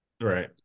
right